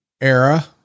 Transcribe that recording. era